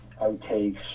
outtakes